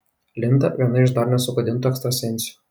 linda viena iš dar nesugadintų ekstrasensių